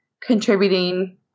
contributing